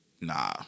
Nah